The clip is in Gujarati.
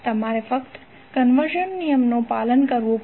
તમારે ફક્ત કન્વર્ઝન નિયમનું પાલન કરવું પડશે